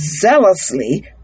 zealously